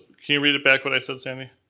can you read it back, what i said, sandy?